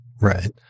Right